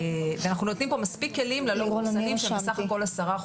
ואנחנו נותנים פה מספיק כלים ללא-מחוסנים שהם בסך הכול 10%,